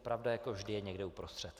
Pravda jako vždy je někde uprostřed.